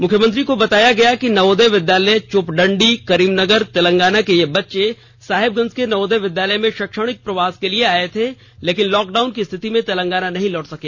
मुख्यमंत्री को बताया गया कि नवोदय विद्यालय चोपडंडी करीमनगर तेलंगाना के ये बच्चे साहेबगंज के नवोदय विद्यालय में शैक्षणिक प्रवास के लिए आये थे लेकिन लॉकडाउन की स्थिति में तेलंगाना नहीं लौट सके